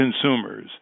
consumers